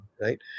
right